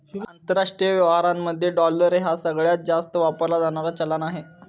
आंतरराष्ट्रीय व्यवहारांमध्ये डॉलर ह्या सगळ्यांत जास्त वापरला जाणारा चलान आहे